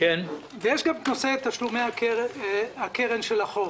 יש גם את נושא תשלומי הקרן של החוב.